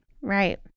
Right